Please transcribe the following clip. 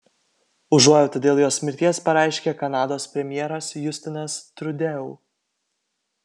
užuojautą dėl jos mirties pareiškė kanados premjeras justinas trudeau